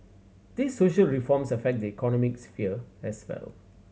these social reforms affect the economic sphere as well